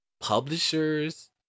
publishers